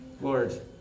Lord